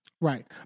Right